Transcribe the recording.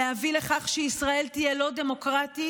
להביא לכך שישראל תהיה לא דמוקרטית,